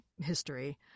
history